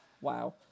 wow